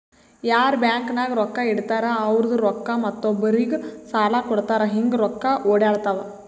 ಯಾರ್ ಬ್ಯಾಂಕ್ ನಾಗ್ ರೊಕ್ಕಾ ಇಡ್ತಾರ ಅವ್ರದು ರೊಕ್ಕಾ ಮತ್ತೊಬ್ಬರಿಗ್ ಸಾಲ ಕೊಡ್ತಾರ್ ಹಿಂಗ್ ರೊಕ್ಕಾ ಒಡ್ಯಾಡ್ತಾವ